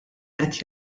qed